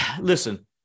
listen